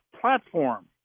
platform